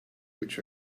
which